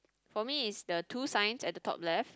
for me is the two signs at the top left